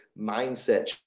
mindset